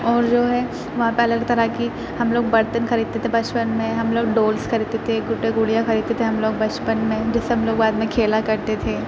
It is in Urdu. اور جو ہے وہاں پہ الگ الگ طرح کی ہم لوگ برتن خریدتے تھے بچپن میں ہم لوگ ڈولس خریدتے تھے گڈے گڑیاں خریدتے تھے ہم لوگ بچپن میں جس سے ہم لوگ بعد میں کھیلا کرتے تھے